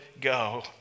go